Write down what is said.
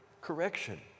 correction